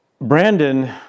Brandon